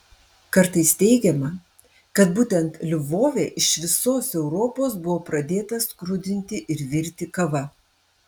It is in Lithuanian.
kartais teigiama kad būtent lvove iš visos europos buvo pradėta skrudinti ir virti kava